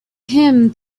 him